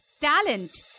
talent